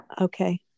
Okay